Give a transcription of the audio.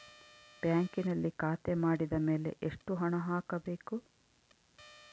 ಬ್ಯಾಂಕಿನಲ್ಲಿ ಖಾತೆ ಮಾಡಿದ ಮೇಲೆ ಎಷ್ಟು ಹಣ ಹಾಕಬೇಕು?